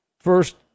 first